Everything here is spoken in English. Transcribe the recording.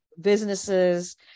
businesses